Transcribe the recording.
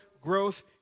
growth